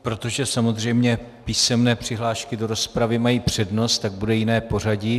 Protože samozřejmě písemné přihlášky do rozpravy mají přednost, tak bude jiné pořadí.